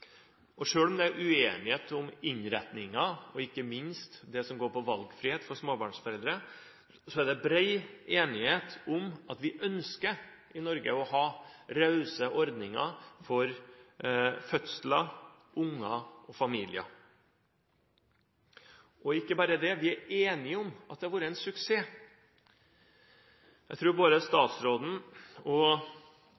og ikke minst det som går på valgfrihet for småbarnsforeldre, er det bred enighet om at vi i Norge ønsker å ha rause ordninger i forbindelse med fødsler, for unger og familier. Ikke bare det – vi er enige om at det har vært en suksess. Jeg tror både